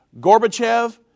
Gorbachev